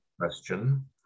question